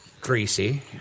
Greasy